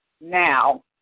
now